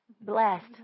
Blessed